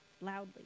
loudly